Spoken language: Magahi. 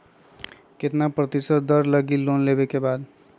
कितना प्रतिशत दर लगी लोन लेबे के बाद?